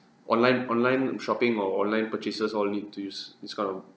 online online shopping or online purchases all need to use this this kind of